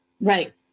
Right